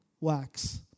wax